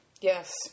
Yes